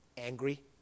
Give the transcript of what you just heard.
angry